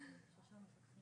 של לוקחי דמים.